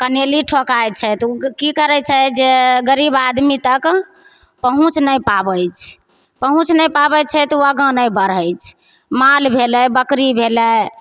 कनैली ठोकाइ छै तऽ ओ कि करै छै जे गरीब आदमी तक पहुँचि नहि पाबै छै पहुँचि नहि पाबै छै तऽ ओ आगाँ नहि बढ़ै छै माल भेलै बकरी भेलै